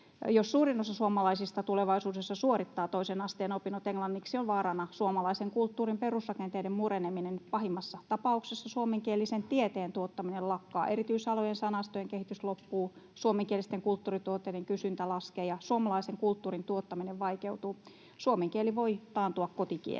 Jos suurin osa suomalaisista tulevaisuudessa suorittaa toisen asteen opinnot englanniksi, on vaarana suomalaisen kulttuurin perusrakenteiden mureneminen. Pahimmassa tapauksessa suomenkielisen tieteen tuottaminen lakkaa, erityisalojen sanastojen kehitys loppuu, suomenkielisten kulttuurituotteiden kysyntä laskee ja suomalaisen kulttuurin tuottaminen vaikeutuu. Suomen kieli voi taantua kotikieleksi.